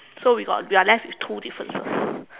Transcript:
so we got we are left with two differences